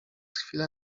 chwile